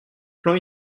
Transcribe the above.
plans